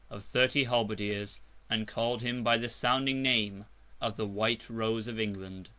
of thirty halberdiers and called him by the sounding name of the white rose of england.